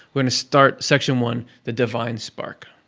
we're going to start section one, the divine spark.